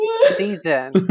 season